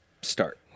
start